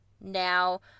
Now